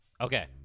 Okay